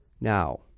Now